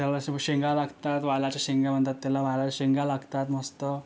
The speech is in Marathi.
त्याला वर्षभर शेंगा लागतात वालाच्या शेंगा म्हणतात त्याला वालाच्या शेंगा लागतात मस्त